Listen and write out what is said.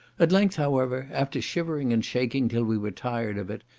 at length, however, after shivering and shaking till we were tired of it,